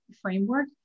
framework